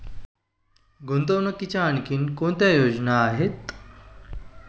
गुंतवणुकीच्या आणखी कोणत्या योजना आहेत?